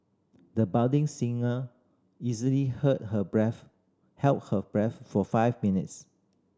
the budding singer easily heard her breath held her breath for five minutes